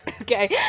Okay